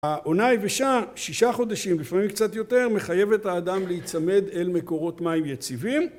העונה היבשה שישה חודשים לפעמים קצת יותר מחייבת האדם להיצמד אל מקורות מים יציבים